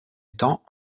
temps